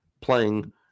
playing